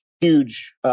huge